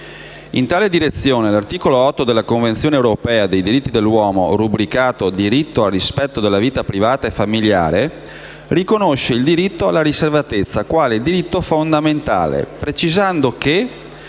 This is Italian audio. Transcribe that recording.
In tale direzione, l'articolo 8 della Convenzione europea dei diritti dell'uomo, rubricato come «Diritto al rispetto della vita privata e familiare», riconosce il diritto alla riservatezza quale diritto fondamentale, precisando che: